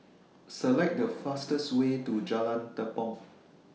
Select The fastest Way to Jalan Tepong